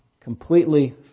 Completely